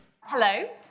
Hello